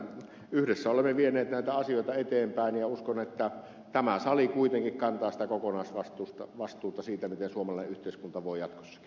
yhdessä olemme vieneet näitä asioita eteenpäin ja uskon että tämä sali kuitenkin kantaa sitä kokonaisvastuuta siitä miten suomalainen yhteiskunta voi jatkossakin